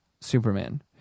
Superman